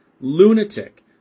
lunatic